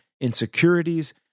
insecurities